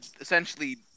essentially